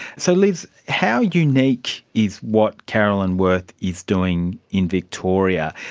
so liz, how unique is what carolyn worth is doing in victoria.